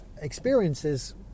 experiences